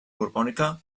borbònica